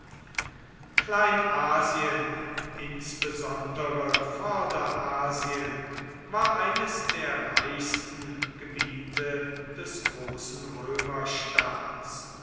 kleinasien insbesondere vorderasien war eines der reichsten gebiete des großen